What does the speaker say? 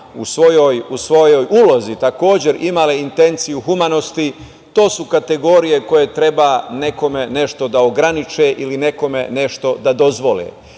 u svojoj ulozi, takođe imale intenciju humanosti, to su kategorije koje treba nekome nešto da ograniče, ili nekome nešto da dozvole. Uvek